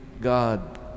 God